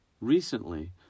Recently